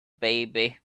baby